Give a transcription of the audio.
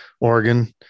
Oregon